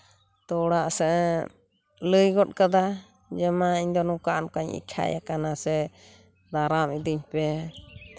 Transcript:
ᱛᱚ ᱚᱲᱟᱜ ᱥᱮᱫ ᱮᱢ ᱞᱟᱹᱭ ᱜᱚᱫ ᱠᱟᱫᱟ ᱡᱮ ᱢᱟ ᱤᱧᱫᱚ ᱱᱚᱝᱠᱟ ᱚᱝᱠᱟᱧ ᱮᱠᱷᱟᱭᱟᱠᱟᱱᱟ ᱥᱮ ᱫᱟᱨᱟᱢ ᱤᱫᱤᱧ ᱯᱮ